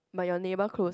but your neighbor close ah